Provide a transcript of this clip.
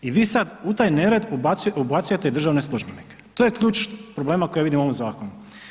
I vi sad u taj nered ubacujete i državne službenike, to je ključ problema koje ja vidim u ovom zakonu.